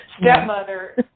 Stepmother